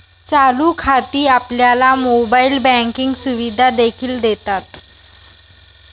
चालू खाती आपल्याला मोबाइल बँकिंग सुविधा देखील देतात